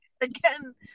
again